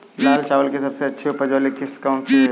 लाल चावल की सबसे अच्छी उपज वाली किश्त कौन सी है?